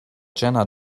jena